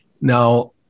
Now